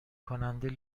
کننده